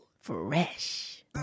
Fresh